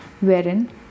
wherein